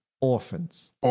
Orphans